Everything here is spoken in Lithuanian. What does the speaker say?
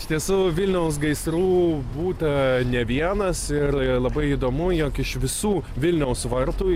iš tiesų vilniaus gaisrų būta ne vienas ir labai įdomu jog iš visų vilniaus vartų